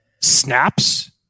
snaps